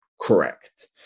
correct